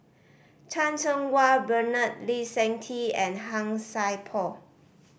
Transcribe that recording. Chan Cheng Wah Bernard Lee Seng Tee and Han Sai Por